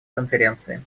конференции